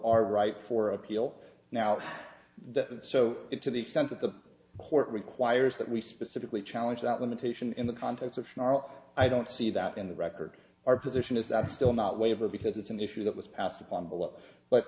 are right for appeal now the so it to the extent that the court requires that we specifically challenge that limitation in the context of an oral i don't see that in the record our position is i'm still not waiver because it's an issue that was passed upon below but